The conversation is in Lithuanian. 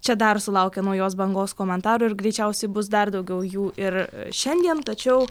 čia dar sulaukia naujos bangos komentarų ir greičiausiai bus dar daugiau jų ir šiandien tačiau